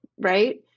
right